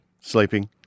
Sleeping